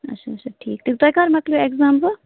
اچھا اچھا ٹھیٖک تیٚلہِ تۄہہِ کَر مۅکلِیو ایٚکزام وۄنۍ